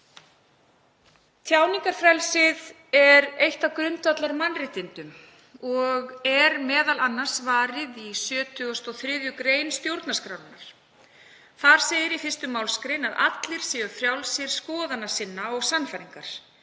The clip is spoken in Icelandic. Tjáningarfrelsið er eitt af grundvallarmannréttindum og er varið í 73. gr. stjórnarskrárinnar. Þar segir í 1. mgr. að allir séu frjálsir skoðana sinna og sannfæringar.